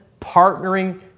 partnering